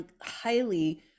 highly